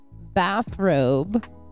bathrobe